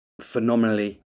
phenomenally